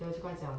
then 我就跟他讲